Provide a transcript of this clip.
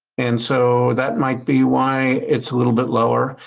and so that might be why it's a little bit lower.